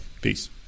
Peace